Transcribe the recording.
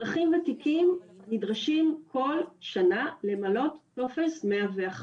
אזרחים ותיקים נדרשים כל שנה למלא טופס 101,